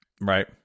right